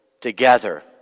together